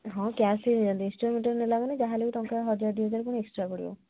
ହଁ କ୍ୟାସ୍ ଦେଇ ନେଇଯାଆନ୍ତୁ ଇନଷ୍ଟଲମେଣ୍ଟରେ ନେଲାମାନେ ଯାହା ହେଲେ ଟଙ୍କା ହଜାରେ ଦୁଇ ହଜାର ପୁଣି ଏକ୍ସଟ୍ରା ପଡ଼ିଯିବ